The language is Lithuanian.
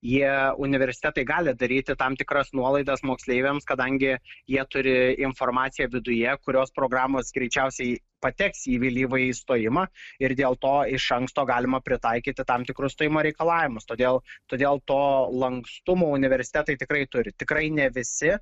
jie universitetai gali daryti tam tikras nuolaidas moksleiviams kadangi jie turi informaciją viduje kurios programos greičiausiai pateks į vėlyvąjį stojimą ir dėl to iš anksto galima pritaikyti tam tikrus stojimo reikalavimus todėl todėl to lankstumo universitetai tikrai turi tikrai ne visi